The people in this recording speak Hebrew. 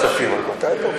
זאת השאלה.